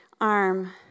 arm